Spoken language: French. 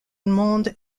monde